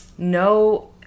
No